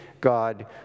God